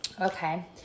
Okay